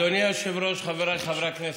אדוני היושב-ראש, חבריי חברי הכנסת,